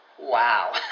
Wow